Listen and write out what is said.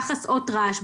יחס אות-רעש.